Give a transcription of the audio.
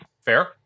Fair